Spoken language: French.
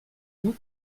vous